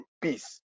peace